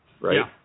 right